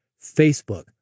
Facebook